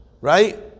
right